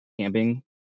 camping